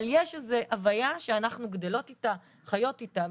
אבל יש איזו הוויה שאנחנו גדלות איתה וחיות איתה.